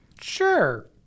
Sure